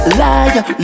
liar